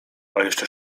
jeszcze